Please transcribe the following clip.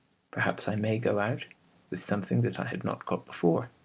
perhaps i may go out with something that i had not got before.